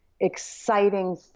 exciting